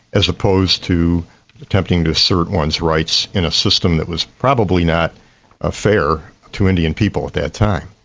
as opposed to attempting to serve one's rights in a system that was probably not ah fair to indian people at that time.